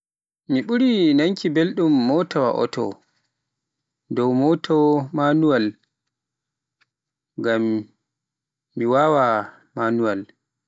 Mi ɓuri nanki belɗum motawaa oto, dow manuwal, ngam mi waawa, manuwaal.